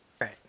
Right